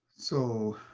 so,